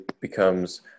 becomes